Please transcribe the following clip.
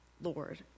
Lord